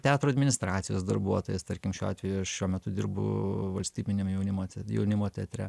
teatro administracijos darbuotojas tarkim šiuo atvejuaš šiuo metu dirbu valstybiniam jaunimo jaunimo teatre